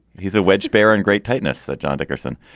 he's a wedge. baron great tightness that john dickerson.